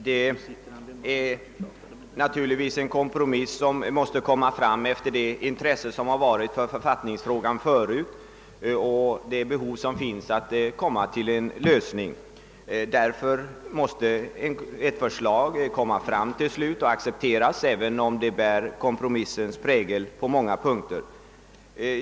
Herr talman! Med hänsyn till intresset för författningsfrågan och behovet av en lösning har naturligtvis ett förslag till slut måst framläggas och accepteras, även om det på många punkter bär kompromissens prägel.